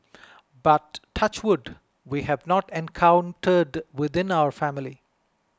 but touch wood we have not encountered within our family